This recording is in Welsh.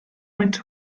faint